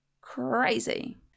Crazy